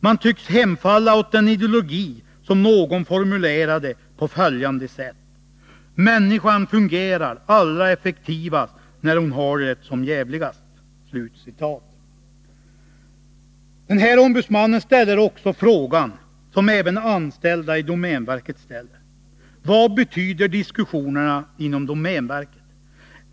Man tycks hemfalla åt den ideologi som någon formulerade på följande sätt: Människan fungerar allra effektivast när hon har det som djävligast.” Denne ombudsman ställer också frågan — som även anställda i domänverket ställer: ”Vad betyder diskussionerna inom domänverket?